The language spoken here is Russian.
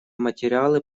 материалы